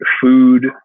food